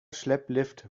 schlepplift